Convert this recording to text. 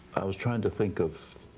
i was trying to think of